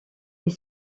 est